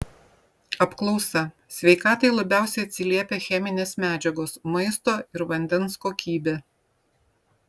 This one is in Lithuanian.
apklausa sveikatai labiausiai atsiliepia cheminės medžiagos maisto ir vandens kokybė